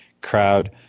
crowd